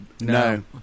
No